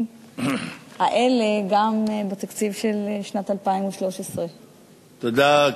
האלה גם בתקציב של שנת 2013. תודה,